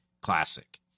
classic